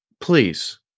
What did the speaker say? please